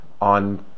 on